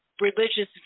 religious